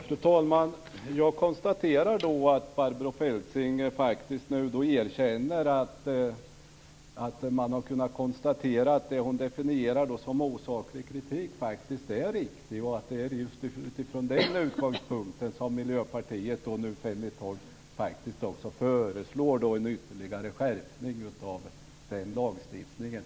Fru talman! Jag konstaterar att Barbro Feltzing erkänner att man har kunnat konstatera att det som hon definierar som osaklig kritik faktiskt är riktigt. Det är utifrån den utgångspunkten som Miljöpartiet fem i tolv föreslår en ytterligare skärpning av lagstiftningen.